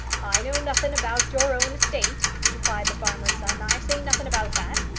i know nothing about your own estate, replied the farmer's son. i say nothin' about that.